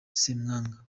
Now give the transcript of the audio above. ssemwanga